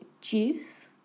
juice